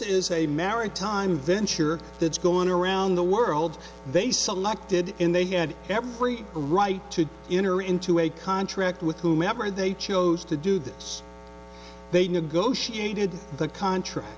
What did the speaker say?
is a maritime venture that's going around the world they selected and they had every right to enter into a contract with whomever they chose to do this they negotiated the contract